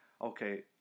okay